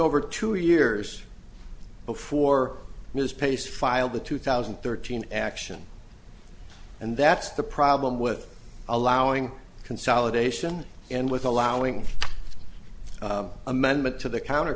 over two years before myspace filed the two thousand and thirteen action and that's the problem with allowing consolidation and with allowing amendment to the counter